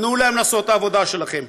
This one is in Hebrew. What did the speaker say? תנו להם לעשות את העבודה שלהם,